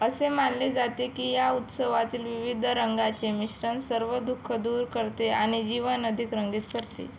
असे मानले जाते की या उत्सवातील विविध रंगाचे मिश्रण सर्व दुःख दूर करते आणि जीवन अधिक रंगीत करते